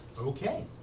Okay